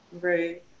Right